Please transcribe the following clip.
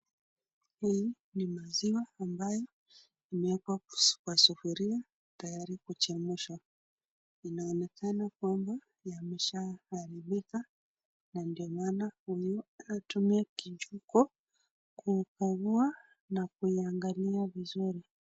Hii ni maziwa ambayo imewekwa kwa sufuria tayari kuchemsha. Inaonekana kwamba yamesha haribika na ndio maana huyu anatumia kichungu kukagua na kuingalia vizuri.